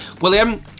William